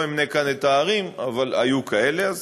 לא אמנה כאן את הערים, אבל היו כאלה.